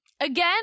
Again